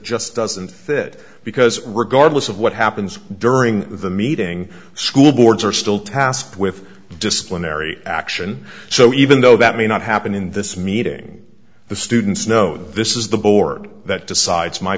just doesn't fit because regardless of what happens during the meeting school boards are still tasked with disciplinary action so even though that may not happen in this meeting the students know this is the board that decides my